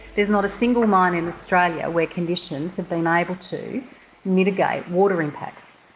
there's not a single mine in australia where conditions have been able to mitigate water impacts.